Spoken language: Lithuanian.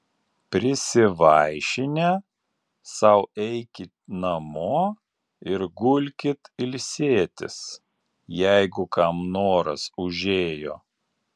prisivaišinę sau eikit namo ir gulkit ilsėtis jeigu kam noras užėjo